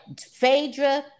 Phaedra